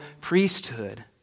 priesthood